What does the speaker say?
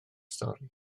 stori